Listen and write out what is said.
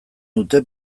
dute